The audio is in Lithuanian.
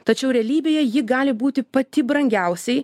tačiau realybėje ji gali būti pati brangiausiai